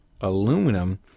aluminum